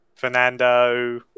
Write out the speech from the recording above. fernando